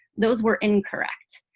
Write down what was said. those were incorrect.